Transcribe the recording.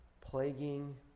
plaguing